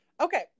Okay